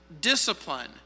discipline